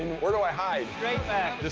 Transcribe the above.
where do i hide? straight back. this